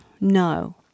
No